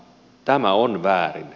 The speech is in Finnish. tämä on väärin